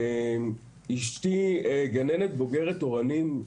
אשתי גננת בוגרת אורנים.